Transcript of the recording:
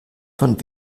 von